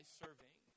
serving